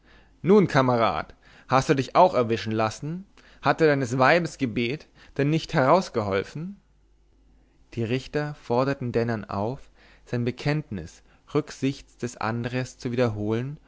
nun kamerad hast du dich auch erwischen lassen hat dir deines weibes gebet denn nicht herausgeholfen die richter forderten dennern auf sein bekenntnis rücksichts des andres zu wiederholen